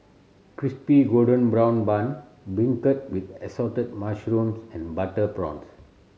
Crispy Golden Brown Bun beancurd with Assorted Mushrooms and butter prawns